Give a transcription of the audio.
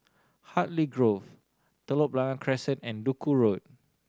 Hartley Grove Telok Blangah Crescent and Duku Road